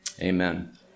Amen